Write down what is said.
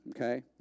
Okay